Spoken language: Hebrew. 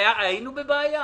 היינו בבעיה.